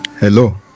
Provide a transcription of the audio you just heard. Hello